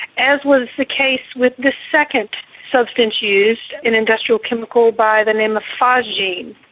as was the case with the second substance used, an industrial chemical by the name of phosgene.